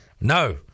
No